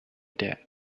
that